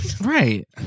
Right